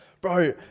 Bro